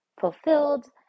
fulfilled